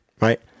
right